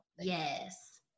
yes